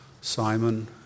Simon